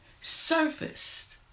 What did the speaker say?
surfaced